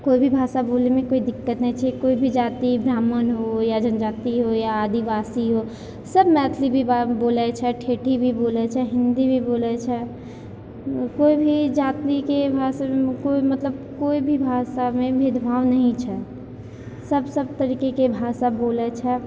कोइ भी भाषा बोलयमे कोइ दिक्कत नहि छै कोइ भी जाति ब्राह्मण होइ या जनजाति होइ या आदिवासी होइ सब मैथिली भी बा बोलय छै ठेठी भी बोलय छै हिन्दी भी बोलय छै कोइ भी जातिके भाषामे कोइ मतलब कोइ भी भाषामे भेदभाव नहि छै सब सब तरीकेके भाषा बोलय छै